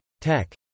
Tech